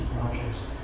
projects